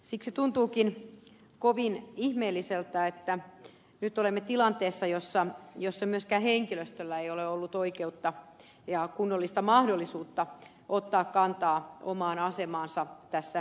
siksi tuntuukin kovin ihmeelliseltä että nyt olemme tilanteessa jossa myöskään henkilöstöllä ei ole ollut oikeutta ja kunnollista mahdollisuutta ottaa kantaa omaan asemaansa tässä muutosorganisaatiossa